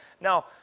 Now